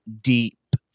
deep